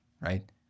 right